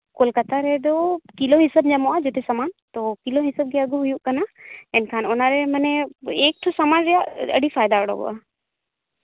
ᱠᱳᱞᱠᱟᱛᱟ ᱨᱮᱫᱚ ᱡᱤᱞᱳ ᱦᱤᱥᱟᱹᱵ ᱧᱟᱢᱚᱜᱼᱟ ᱡᱚᱛᱚ ᱥᱟᱢᱟᱱ ᱛᱚ ᱠᱤᱞᱳ ᱦᱤᱥᱟᱹᱵ ᱜᱮ ᱟᱹᱜᱩ ᱦᱩᱭᱩᱜ ᱠᱟᱱᱟ ᱮᱱᱠᱷᱟᱱ ᱚᱱᱟᱨᱮ ᱢᱟᱱᱮ ᱮᱠᱴᱩ ᱥᱟᱢᱟᱱ ᱨᱮᱭᱟᱜ ᱟᱹᱰᱤ ᱯᱷᱟᱭᱫᱟ ᱩᱰᱩᱠᱚᱜᱼᱟ